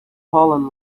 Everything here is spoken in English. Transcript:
fallen